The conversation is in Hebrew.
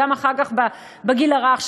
גם אחר כך בגיל הרך,